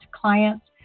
clients